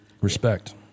Respect